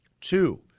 Two